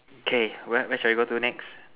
okay where where shall we go to next